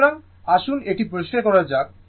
সুতরাং আসুন এটি পরিষ্কার করা যাক